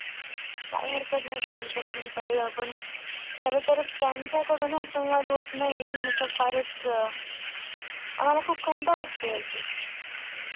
काही हरकत ना तर तुमच्याकडून कळलं पण खरं तर त्यांच्याकडून हा संवाद होत नाही ह्याचा फारच आम्हाला खूप खंत वाटते याची